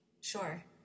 Sure